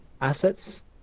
assets